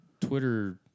Twitter